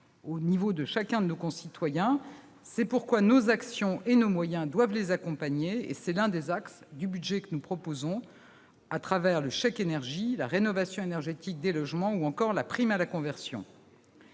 domaine et de chacun de nos concitoyens. C'est pourquoi nos actions et nos moyens doivent accompagner ces derniers. C'est l'un des axes du budget que nous proposons, au travers du chèque énergie, de la rénovation énergétique des logements ou encore de la prime à la conversion.